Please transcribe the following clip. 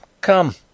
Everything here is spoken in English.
Come